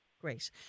Great